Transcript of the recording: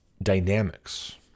Dynamics